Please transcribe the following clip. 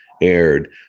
aired